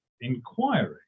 inquiry